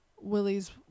Willie's